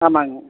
ஆமாங்க